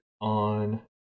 on